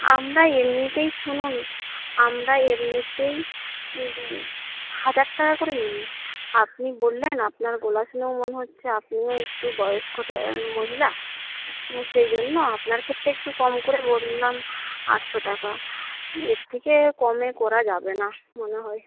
আমরা এমনিতেই শুনুন আমরা এমনিতেই হাজার টাকা করে নিই আপনি বললেন আপনার গলা শুনে মনে হচ্ছে আপনিও একটু বয়স্ক মহিলা সেই জন্য আপনার ক্ষেত্রে একটু কম করে বললাম আটশো টাকা এর থেকে কমে করা যাবে না মনে হয়